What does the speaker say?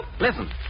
Listen